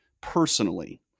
personally